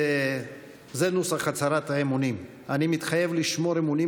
זה נוסח הצהרת האמונים: "אני מתחייב לשמור אמונים